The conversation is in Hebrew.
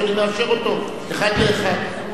שאני מאשר אותו אחד לאחד.